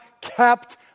kept